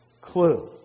clue